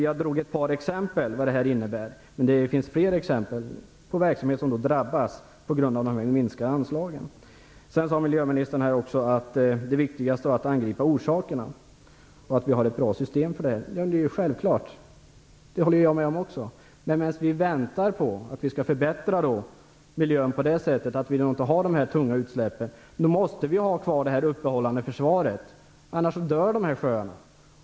Jag drog ett par exempel på vad det här innebär, men det finns flera exempel på verksamhet som drabbas till följd av de minskade anslagen. Miljöministern sade också att det viktigaste är att angripa orsakerna och att vi har ett bra system. Det är självklart, och det håller jag också med om. Medan vi väntar på att miljön skall förbättras så att vi inte får de här tunga utsläppen måste vi har kvar det uppehållande försvaret. I annat fall dör sjöarna.